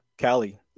Callie